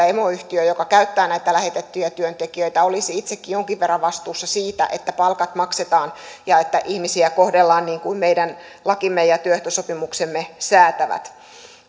emoyhtiö joka käyttää näitä lähetettyjä työntekijöitä olisi itsekin jonkin verran vastuussa siitä että palkat maksetaan ja että ihmisiä kohdellaan niin kuin meidän lakimme ja työehtosopimuksemme säätävät